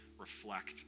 Reflect